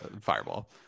Fireball